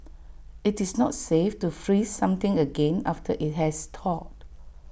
IT is not safe to freeze something again after IT has thawed